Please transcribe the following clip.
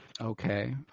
okay